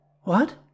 What